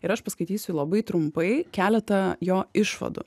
ir aš paskaitysiu labai trumpai keletą jo išvadų